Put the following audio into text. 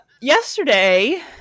yesterday